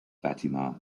fatima